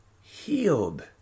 healed